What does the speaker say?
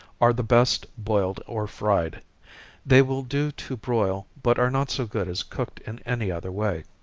are the best boiled or fried they will do to broil, but are not so good as cooked in any other way.